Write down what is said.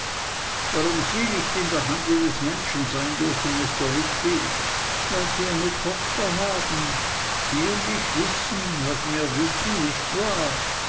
warum sie nicht in der hand jedes menschen sein dürfen mr wickfield weil sie eine tochter haben sie und ich wissen was wir wissen nicht wahr